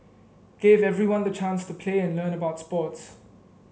gave everyone the chance to play and learn about sports